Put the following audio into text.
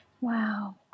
Wow